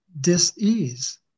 dis-ease